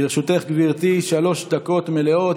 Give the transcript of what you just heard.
לרשותך, גברתי, שלוש דקות מלאות.